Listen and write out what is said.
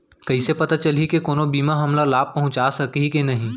कइसे पता चलही के कोनो बीमा हमला लाभ पहूँचा सकही के नही